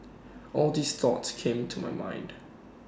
all these thoughts came to my mind